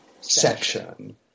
section